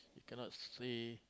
you cannot sway